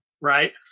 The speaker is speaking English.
right